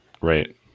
Right